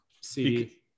see